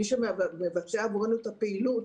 מי שמבצע עבורנו את הפעילות,